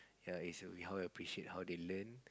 ya is how we appreciate how they learn